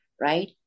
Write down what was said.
right